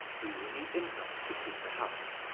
we will need income to keep the house.